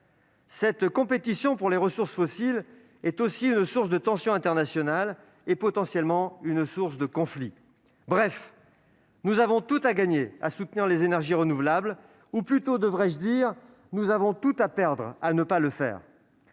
Cette compétition pour les ressources fossiles est aussi une source de tensions internationales et, potentiellement, de conflits. Bref, nous avons tout à gagner à soutenir les énergies renouvelables ou plutôt, devrais-je dire, nous avons tout à perdre à ne pas le faire.